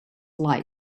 life